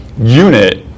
unit